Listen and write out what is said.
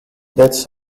bits